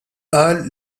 qal